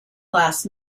class